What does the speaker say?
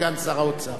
סגן שר האוצר.